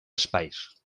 espais